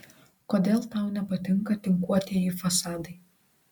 kodėl tau nepatinka tinkuotieji fasadai